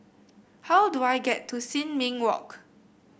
how do I get to Sin Ming Walk